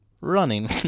Running